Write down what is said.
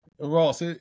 Ross